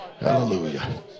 Hallelujah